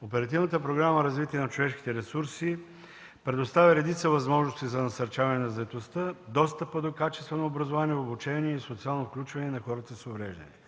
Оперативната програма „Развитие на човешките ресурси” предоставя редица възможности за насърчаване на заетостта, достъп до качествено образование, обучение и социално включване на хората с увреждания.